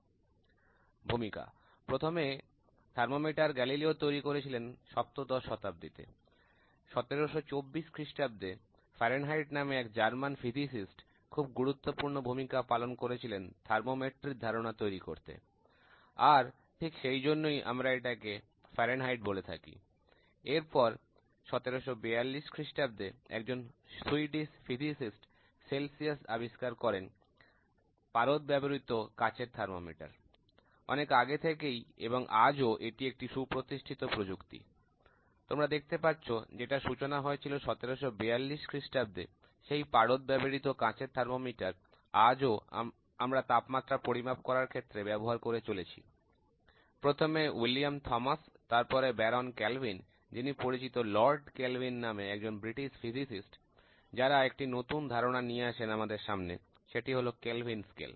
ভূমিকা প্রথম thermometer Galileo তৈরি করেছিলেন সপ্তদশ শতাব্দীতে 1724 খ্রিস্টাব্দে ফারেনহাইট নামে এক জার্মান পদার্থবিদ খুব গুরুত্বপূর্ণ ভূমিকা পালন করেছিলেন থার্মোমেট্রি র ধারণা তৈরি করতে আর ঠিক সেই জন্যই আমরা এটাকে ফারেনহাইট বলে থাকি এরপর 1742 খ্রিস্টাব্দে একজন সুইডিশ পদার্থবিদ সেলসিয়াস আবিষ্কার করেন পারদ ব্যবহৃত কাচের থার্মোমিটার অনেক আগে থেকেই এবং আজও এটি একটি সুপ্রতিষ্ঠিত প্রযুক্তি তোমরা দেখতে পাচ্ছ যেটার সূচনা হয়েছিল 1742 খ্রিস্টাব্দে সেই পারদ ব্যবহৃত কাচের থার্মোমিটার আজও আমরা তাপমাত্রা পরিমাপ করার ক্ষেত্রে ব্যবহার করে চলেছি কেলভিন স্কেলের ধারণা আমাদের সামনে সর্বপ্রথম নিয়ে আসেন William Thomas এবং তারপর Lord Kelvin নামে পরিচিত একজন ব্রিটিশ পদার্থবিদ Baron Kelvin যিনি পরিচিত Lord Kelvin